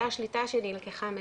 אותה השליטה שנלקחה מהן.